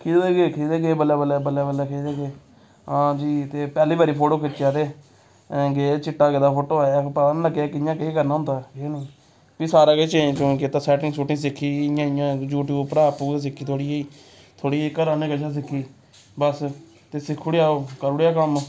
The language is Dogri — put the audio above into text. खिचदे गे खिचदे गे बल्लें बल्लें बल्लें बल्लें खिचदे गे हां जी ते पैह्ली बारी फोटो खिच्चेआ ते गे चिट्टा गेदा फोटो आया पता निं लग्गेआ कि'यां केह् करना होंदा केह् नेईं फ्ही सारा किश चेंज चूंज कीता सैटिंग शैटिंग सिक्खी इ'यां इ'यां यूट्यूब उप्परा आपूं गै सिक्खी थोह्ड़ी जेही थोह्ड़ी जेही घरा आह्ले कशा सिक्खी बस ते सिक्खी ओड़ेआ ओह् करी ओड़ेआ कम्म